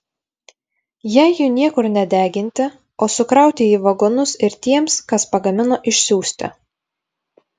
jei jų niekur nedeginti o sukrauti į vagonus ir tiems kas pagamino išsiųsti